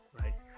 right